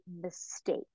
mistake